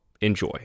enjoy